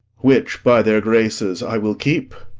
which by their graces i will keep.